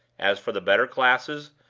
as for the better classes,